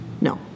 no